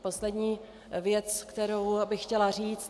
Poslední věc, kterou bych chtěla říct.